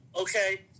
Okay